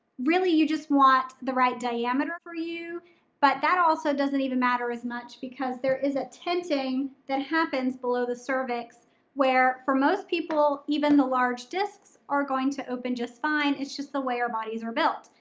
really, you just want the right diameter for you but that also doesn't even matter as much because there is a tenting that happens below the cervix where for most people, even the large discs are going to open just fine. it's just the way our bodies are built.